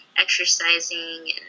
exercising